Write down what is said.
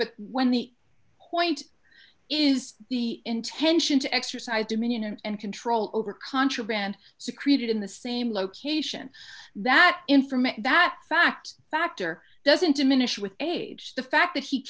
but when the point is the intention to exercise dominion and control over contraband secreted in the same location that information that fact factor doesn't diminish with age the fact that he